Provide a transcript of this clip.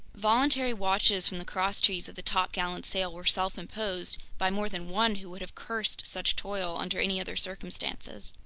voluntary watches from the crosstrees of the topgallant sail were self-imposed by more than one who would have cursed such toil under any other circumstances.